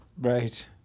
Right